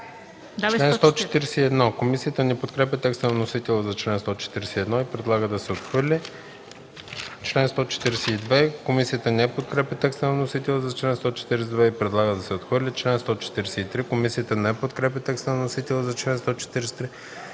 отхвърли. Комисията не подкрепя текста на вносителя за чл. 141 и предлага да се отхвърли. Комисията не подкрепя текста на вносителя за чл. 142 и предлага да се отхвърли. Комисията не подкрепя текста на вносителя за чл. 143